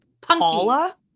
Paula